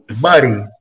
buddy